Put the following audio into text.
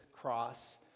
cross